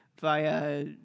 via